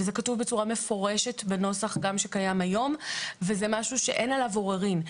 וזה כתוב בצורה מפורשת בנוסח גם שקיים היום וזה משהו שאין עליו עוררין.